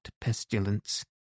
pestilence